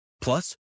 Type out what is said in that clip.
Plus